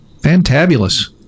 Fantabulous